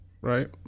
right